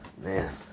man